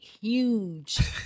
huge